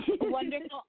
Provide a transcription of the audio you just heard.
Wonderful